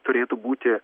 turėtų būti